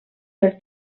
per